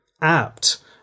apt